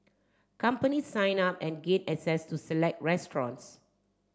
companies sign up and gain access to select restaurants